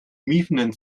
miefenden